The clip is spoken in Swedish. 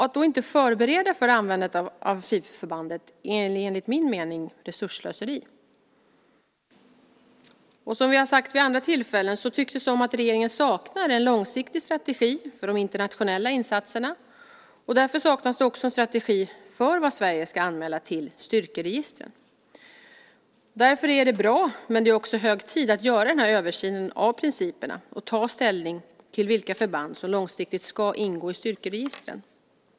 Att inte förbereda för användandet av amfibieförbandet är enligt min mening resursslöseri. Som vi har sagt vid andra tillfällen tycks regeringen sakna en långsiktig strategi för de internationella insatserna. Därför saknas också en strategi för vad Sverige ska anmäla till styrkeregistren. Det är bra, men också hög tid, att göra översynen av principerna och ta ställning till vilka förband som långsiktigt ska ingå i styrkeregistren.